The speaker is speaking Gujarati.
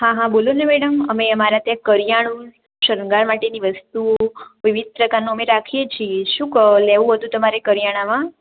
હા હા બોલોને મેડમ અમે અમારે ત્યાં કરિયાણું શણગાર માટેની વસ્તુઓ વિવિધ પ્રકારનું અમે રાખીએ છીએ શું ક લેવું હતું તમારે કરિયાણામાં